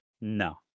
No